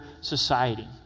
society